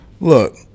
Look